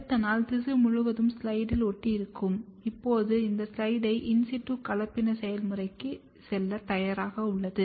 அடுத்த நாள் திசு முழுவதுமாக ஸ்லைடில் ஒட்டியிருக்கும் இப்போது இந்த ஸ்லைடு இன் சிட்டு கலப்பின செயல்முறைக்கு செல்ல தயாராக உள்ளது